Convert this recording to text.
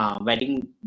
wedding